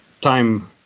time